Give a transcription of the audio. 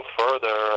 further